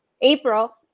April